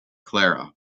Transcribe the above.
clara